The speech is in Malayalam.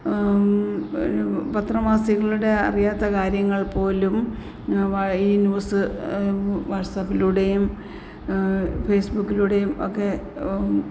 പിന്നെ പത്രമാസികളിലൂടെ അറിയാത്ത കാര്യങ്ങൾപോലും ഈ ന്യൂസ് വാട്ട്സപ്പിലൂടെയും ഫേസ്ബുക്കിലൂടെയും ഒക്കെ